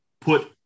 put